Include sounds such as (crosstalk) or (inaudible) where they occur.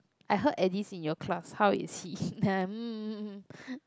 I heard Eddie's in your class how is he (laughs)